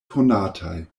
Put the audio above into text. konataj